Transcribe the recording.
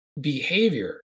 behavior